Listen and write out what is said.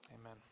amen